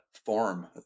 Form